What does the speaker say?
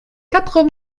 quatre